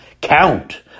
count